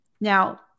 Now